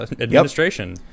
administration